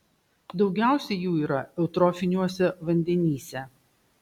daugiausiai jų yra eutrofiniuose vandenyse